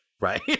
right